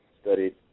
studied